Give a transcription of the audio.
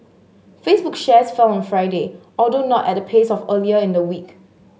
Facebook shares fell on Friday although not at the pace of earlier in the week